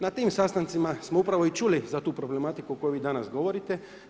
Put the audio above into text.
Na tim sastancima smo upravo i čuli za tu problematiku koji vi danas govorite.